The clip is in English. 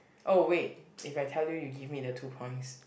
oh wait if I tell you you give me the two points